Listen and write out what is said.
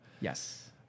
Yes